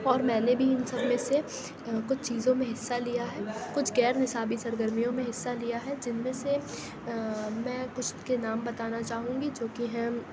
اور میں نے بھی ان سب میں سے کچھ چیزوں میں حصہ لیا ہے کچھ غیرنصابی سرگرمیوں میں حصہ لیا ہے جن میں سے میں کچھ کے نام بتانا چاہوں گی جو کہ ہیں